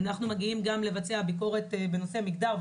אנחנו מגיעים לבצע גם ביקורת בנושא מגדר.